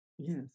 Yes